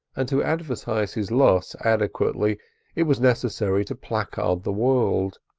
and to advertise his loss adequately it was necessary to placard the world.